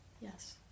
Yes